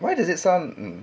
why does it sound mm